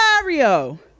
mario